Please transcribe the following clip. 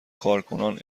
کارکنان